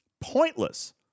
pointless